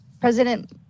President